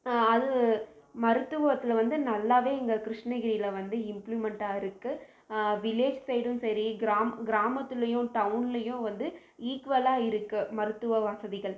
அது மருத்துவத்தில் வந்து நல்லா இங்கே கிருஷ்ணகிரியில் வந்து இம்ப்ளிமெண்ட்டாக இருக்கு வில்லேஜ் சைடும் சரி கிராம் கிராமத்துலேயும் டவுன்லேயும் வந்து ஈக்குவலாக இருக்கு மருத்துவ வசதிகள்